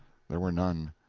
there were none.